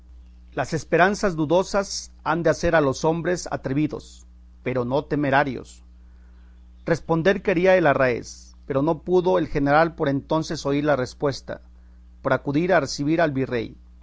las esperanzas dudosas han de hacer a los hombres atrevidos pero no temerarios responder quería el arráez pero no pudo el general por entonces oír la respuesta por acudir a recebir al virrey